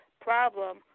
problem